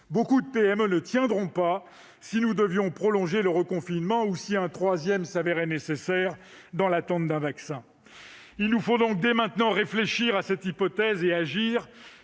beaucoup de PME ne tiendront pas en cas de prolongement du reconfinement ou si un troisième confinement s'avérait nécessaire, dans l'attente d'un vaccin. Il nous faut donc, dès maintenant, réfléchir à cette hypothèse et agir.